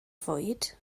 fwyd